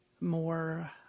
more